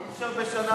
אי-אפשר בשנה,